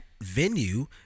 venue